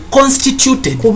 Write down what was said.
constituted